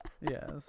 Yes